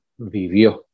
vivió